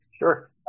Sure